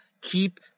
keep